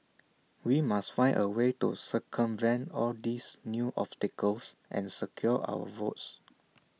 we must find A way to circumvent all these new obstacles and secure our votes